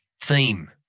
theme